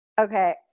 Okay